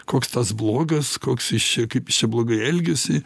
koks tas blogas koks jis čia kaip jis čia blogai elgiasi